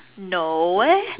no